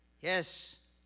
Yes